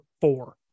four